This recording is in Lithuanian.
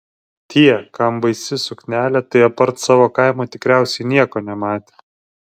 tie kam baisi suknelė tai apart savo kaimo tikriausiai nieko nematė